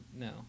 No